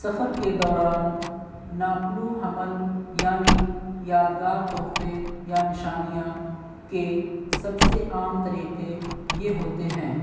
سفر کے دوران ناپلو حمل یعنی یادگار تحفے یا نشانیاں کے سب سے عام طریقے یہ ہوتے ہیں